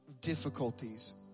difficulties